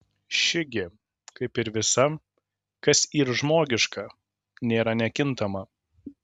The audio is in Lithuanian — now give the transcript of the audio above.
ši gi kaip ir visa kas yr žmogiška nėra nekintama